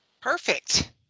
Perfect